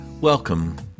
Welcome